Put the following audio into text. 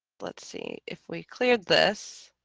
let's see if we cleared this